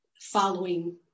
following